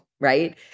right